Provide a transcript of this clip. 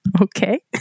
okay